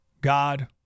God